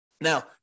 Now